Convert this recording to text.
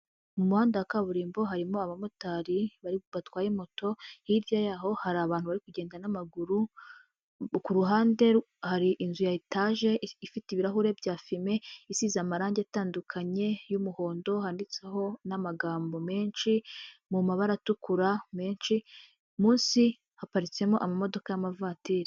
Mu muhanda wa kaburimbo harimo abamotari batwaye moto, hirya yaho hari abantu bari kugenda n'amaguru, ku ruhande hari inzu ya etaje ifite ibirahure bya fime isize amarange atandukanye y'umuhondo handitseho n'amagambo menshi mu mabara atukura menshi, munsi haparitsemo amamodoka y'amavatiri.